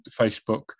Facebook